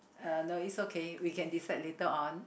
uh no it's okay we can decide later on